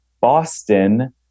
Boston